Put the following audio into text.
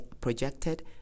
projected